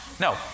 No